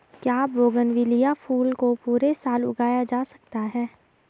क्या बोगनविलिया फूल को पूरे साल उगाया जा सकता है?